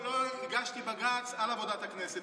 אני לא הגשתי בג"ץ על עבודת הכנסת,